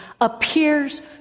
appears